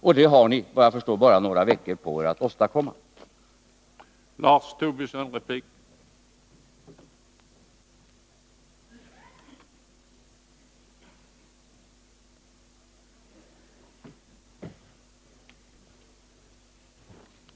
Ni har, såvitt jag förstår, bara några veckor på er att åstadkomma ett program för dessa nedskärningar.